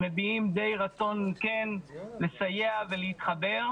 הם מביעים רצון כן לסייע ולהתחבר,